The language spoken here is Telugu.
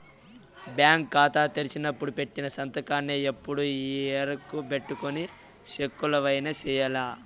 బ్యాంకు కాతా తెరిసినపుడు పెట్టిన సంతకాన్నే ఎప్పుడూ ఈ ఎరుకబెట్టుకొని సెక్కులవైన సెయ్యాల